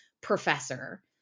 professor